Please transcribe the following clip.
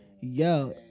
Yo